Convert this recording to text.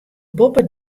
boppe